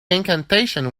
incantation